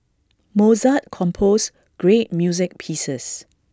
Mozart composed great music pieces